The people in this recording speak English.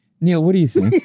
neil what do you think?